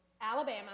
Alabama